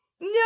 No